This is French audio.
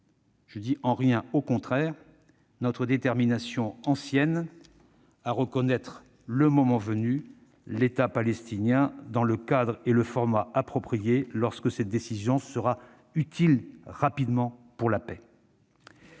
en rien- au contraire ! -notre détermination ancienne à reconnaître, le moment venu, l'État palestinien dans le cadre et le format appropriés et lorsque cette décision sera utile à la paix.